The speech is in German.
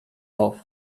auf